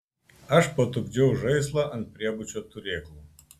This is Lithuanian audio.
aš patupdžiau žaislą ant priebučio turėklų